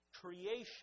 creation